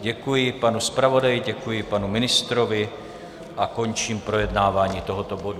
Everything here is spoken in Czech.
Děkuji panu zpravodaji, děkuji panu ministrovi a končím projednávání tohoto bodu.